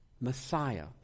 Messiah